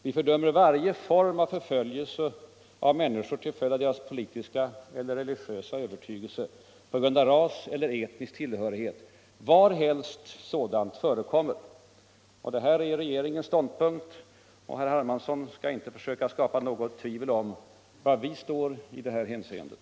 Vi fördömer varje form av förföljelse av människor till följd av deras politiska eller religiösa övertygelse på grund av ras eller etnisk tillhörighet, varhelst sådant förekommer.” Det här är regeringens ståndpunkt, och herr Hermansson skall inte försöka skapa något tvivel om var vi står i det här hänseendet.